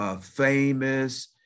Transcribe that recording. famous